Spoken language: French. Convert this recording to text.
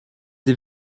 des